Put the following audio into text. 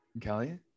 Kelly